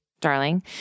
Darling